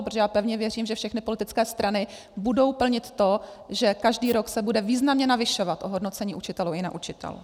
Protože já pevně věřím, že všechny politické strany budou plnit to, že každý rok se bude významně navyšovat ohodnocení učitelů i neučitelů.